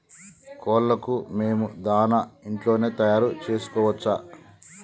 కోళ్లకు మేము దాణా ఇంట్లోనే తయారు చేసుకోవచ్చా?